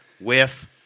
whiff